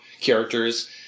characters